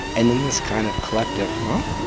and then this kind of collective huh.